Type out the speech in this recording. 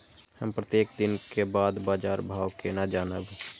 हम प्रत्येक दिन के बाद बाजार भाव केना जानब?